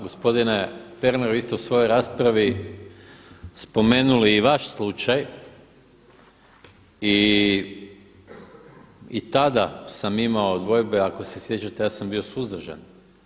Gospodine Pernar, vi ste u svojoj raspravi spomenuli i vaš slučaj i tada sam imao dvojbe ako se sjećate ja sam bio suzdržan.